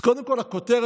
אז קודם כול הכותרת,